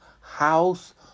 house